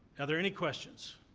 are there any questions?